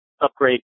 upgrade